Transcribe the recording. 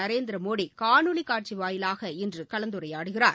நரேந்திரமோடி காணொலி காட்சி வாயிலாக இன்று கலந்துரையாடுகிறார்